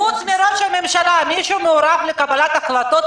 חוץ מראש הממשלה מישהו מעורב בקבלת ההחלטות,